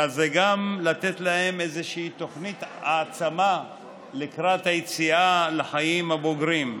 אלא זה גם לתת להם איזושהי תוכנית העצמה לקראת היציאה לחיים הבוגרים.